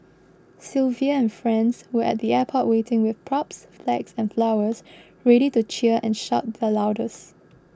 Sylvia and friends were at the airport waiting with props flags and flowers ready to cheer and shout the loudest